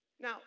Now